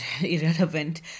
irrelevant